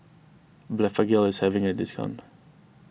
Blephagel is having a discount